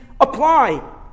apply